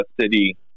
City